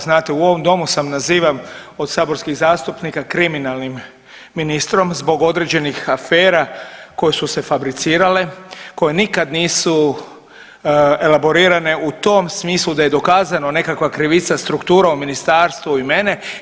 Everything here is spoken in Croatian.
Znate u ovom domu sam nazivan od saborskih zastupnika kriminalnim ministrom zbog određenih afera koje su se fabricirale, koje nikad nisu elaborirane u tom smislu da je dokazano nekakva krivica strukturom ministarstvu i mene.